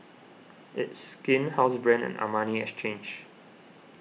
It's Skin Housebrand and Armani Exchange